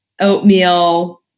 oatmeal